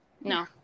no